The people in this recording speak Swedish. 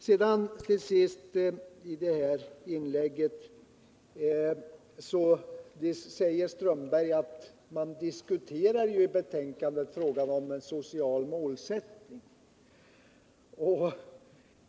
Till sist, i det här inlägget: Karl-Erik Strömberg säger att man i betänkandet diskuterar frågan om en social målsättning.